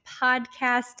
podcast